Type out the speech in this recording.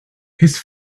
his